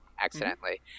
accidentally